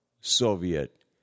Soviet